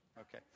okay